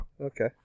okay